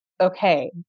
okay